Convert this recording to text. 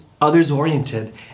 others-oriented